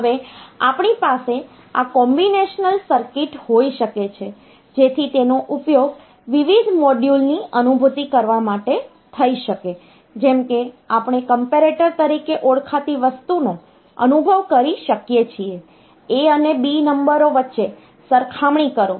હવે આપણી પાસે આ કોમ્બિનેશનલ સર્કિટ હોઈ શકે છે જેથી તેનો ઉપયોગ વિવિધ મોડ્યુલની અનુભૂતિ કરવા માટે થઈ શકે જેમ કે આપણે કમ્પેરેટર તરીકે ઓળખાતી વસ્તુનો અનુભવ કરી શકીએ છીએ A અને B નંબરો વચ્ચે સરખામણી કરો